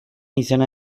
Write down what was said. izena